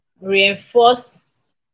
reinforce